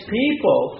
people